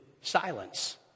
silence